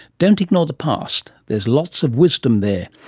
don't ignore the past. there's lots of wisdom there.